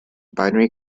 binary